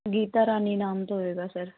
ਗੀਤਾ ਰਾਣੀ ਨਾਮ ਤੋਂ ਹੋਵੇਗਾ ਸਰ